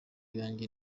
yanjye